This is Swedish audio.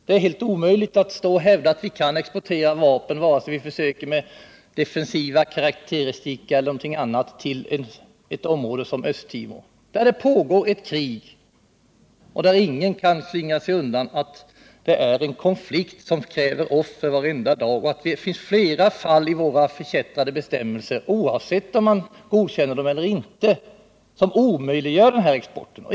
Det är helt omöjligt att hävda att vi kan exportera vapen — vare sig vi försöker med defensiva karakteristika eller annat — till ett sådant område som Östra Timor; där pågår ett krig. Ingen kan slingra sig undan det faktum att det är en konflikt där som kräver offer varenda dag, och det finns flera punkter i våra förkättrade bestämmelser som — oavsett om man godkänner dem eller inte — omöjliggör den exporten.